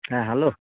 ᱦᱮᱸ ᱦᱮᱞᱳ